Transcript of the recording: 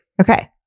Okay